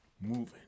Moving